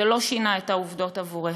זה לא שינה את העובדות בעבורך,